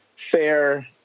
Fair